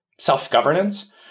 self-governance